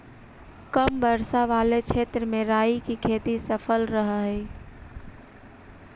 कम वर्षा वाले क्षेत्र में राई की खेती सफल रहअ हई